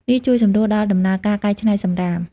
នេះជួយសម្រួលដល់ដំណើរការកែច្នៃសំរាម។